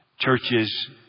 Churches